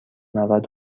نود